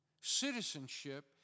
Citizenship